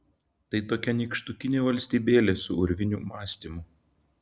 tai tokia nykštukinė valstybėlė su urvinių mąstymu